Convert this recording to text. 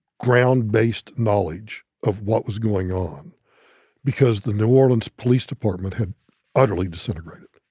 ground-based knowledge of what was going on because the new orleans police department had utterly disintegrated.